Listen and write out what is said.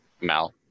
Mal